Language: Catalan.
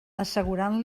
assegurant